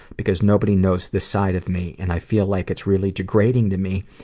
because nobody knows this side of me. and i feel like it's really degrading to me,